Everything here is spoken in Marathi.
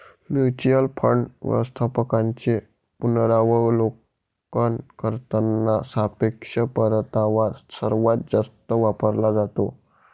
म्युच्युअल फंड व्यवस्थापकांचे पुनरावलोकन करताना सापेक्ष परतावा सर्वात जास्त वापरला जातो